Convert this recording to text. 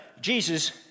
Jesus